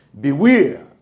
Beware